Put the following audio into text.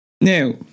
Now